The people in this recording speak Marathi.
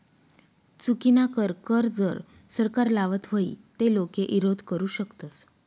चुकीनाकर कर जर सरकार लावत व्हई ते लोके ईरोध करु शकतस